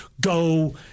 go